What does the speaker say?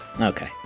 Okay